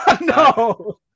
no